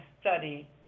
study